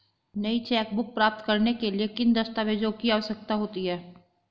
नई चेकबुक प्राप्त करने के लिए किन दस्तावेज़ों की आवश्यकता होती है?